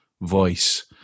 voice